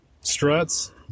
struts